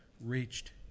reached